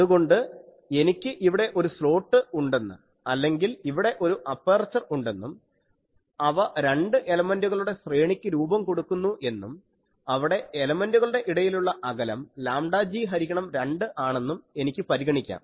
അതുകൊണ്ട് എനിക്ക് ഇവിടെ ഒരു സ്ലോട്ട് ഉണ്ടെന്ന് അല്ലെങ്കിൽ ഇവിടെ ഒരു അപ്പർച്ചർ ഉണ്ടെന്നും അവ രണ്ട് എലമെന്റുകളുടെ ശ്രേണിക്ക് രൂപം കൊടുക്കുന്നു എന്നും അവിടെ എലമെന്റുകളുടെ ഇടയിലുള്ള അകലം λg ഹരിക്കണം 2 ആണെന്നും എനിക്ക് പരിഗണിക്കാം